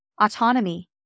autonomy